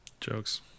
Jokes